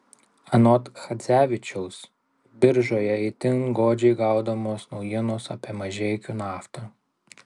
anot chadzevičiaus biržoje itin godžiai gaudomos naujienos apie mažeikių naftą